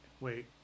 Wait